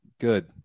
Good